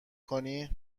کنی